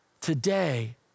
today